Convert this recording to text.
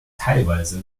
teilweise